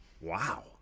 Wow